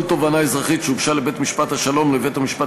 תובענה אזרחית שהוגשה לבית-משפט השלום או לבית-המשפט